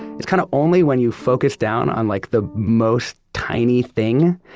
it's kind of only when you focus down on like, the most tiny thing.